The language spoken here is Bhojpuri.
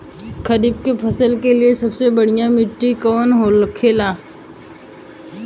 खरीफ की फसल के लिए सबसे बढ़ियां मिट्टी कवन होखेला?